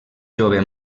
jove